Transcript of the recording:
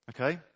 okay